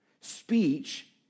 speech